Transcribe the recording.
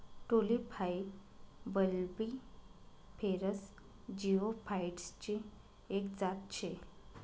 tulip हाई bulbiferous जिओफाइटसची एक जात शे